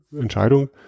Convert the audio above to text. Entscheidung